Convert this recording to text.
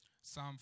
Psalm